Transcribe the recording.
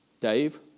Dave